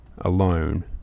alone